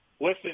Listen